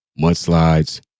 mudslides